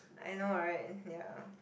I know right ya